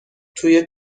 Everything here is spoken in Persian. توی